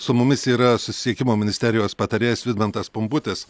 su mumis yra susisiekimo ministerijos patarėjas vidmantas pumputis